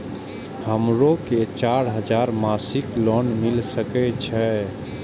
हमरो के चार हजार मासिक लोन मिल सके छे?